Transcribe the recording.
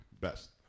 best